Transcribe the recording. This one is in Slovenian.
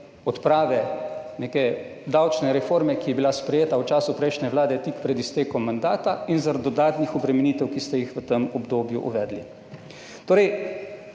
odprave neke davčne reforme, ki je bila sprejeta v času prejšnje vlade tik pred iztekom mandata, in zaradi dodatnih obremenitev, ki ste jih v tem obdobju uvedli.